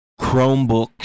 Chromebooks